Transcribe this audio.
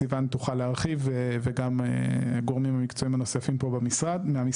סיון תוכל להרחיב וגם גורמים מקצועיים נוספים מהמשרד.